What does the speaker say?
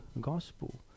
gospel